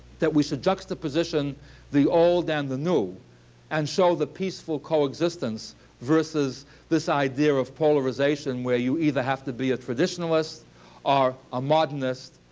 that we should juxtaposition the old and the new and show the peaceful coexistence versus this idea of polarization where you either have to be a traditionalist or a modernist,